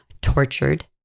tortured